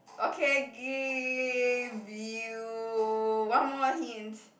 okay I give you one more hint